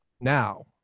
now